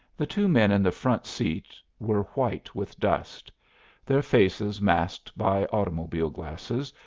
the two men in the front seat were white with dust their faces, masked by automobile glasses,